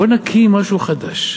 בוא נקים משהו חדש,